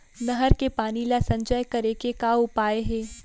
नहर के पानी ला संचय करे के का उपाय हे?